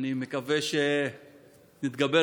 מה שיגיד